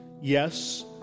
yes